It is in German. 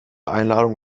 einladungen